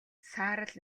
саарал